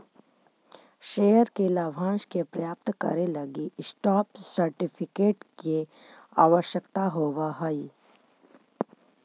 share के लाभांश के प्राप्त करे लगी स्टॉप सर्टिफिकेट के आवश्यकता होवऽ हइ